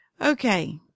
Okay